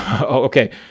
okay